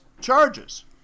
charges